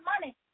money